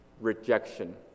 Rejection